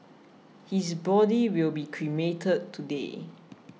his body will be cremated today